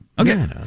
Okay